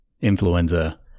influenza